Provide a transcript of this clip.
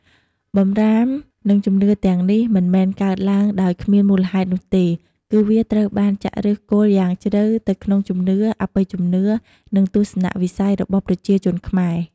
បម្រាមនិងជំនឿទាំងនេះមិនមែនកើតឡើងដោយគ្មានមូលហេតុនោះទេ គឺវាត្រូវបានចាក់ឫសគល់យ៉ាងជ្រៅនៅក្នុងជំនឿ អបិយជំនឿ និងទស្សនៈវិស័យរបស់ប្រជាជនខ្មែរ។